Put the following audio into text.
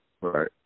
Right